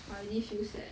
I already feel sad